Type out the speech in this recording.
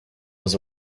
was